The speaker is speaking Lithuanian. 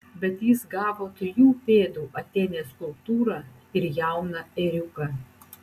bet jis gavo trijų pėdų atėnės skulptūrą ir jauną ėriuką